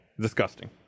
disgusting